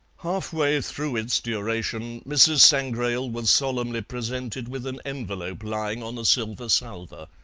halfway through its duration mrs. sangrail was solemnly presented with an envelope lying on a silver salver.